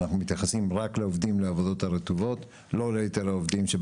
אנחנו מתייחסים רק לעובדים לעבודות הרטובות ולא ליתר העובדים.